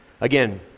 Again